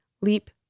leap